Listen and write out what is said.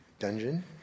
dungeon